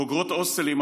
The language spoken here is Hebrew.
בוגרת הוסטלים,